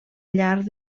llarg